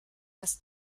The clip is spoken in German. das